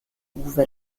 uwe